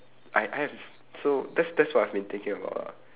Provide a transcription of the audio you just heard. I I have so that's that's what I've been thinking about lah